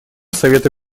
совета